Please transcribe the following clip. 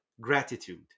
gratitude